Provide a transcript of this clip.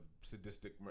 sadistic